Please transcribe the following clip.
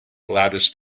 loudest